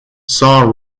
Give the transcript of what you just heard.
saw